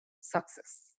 success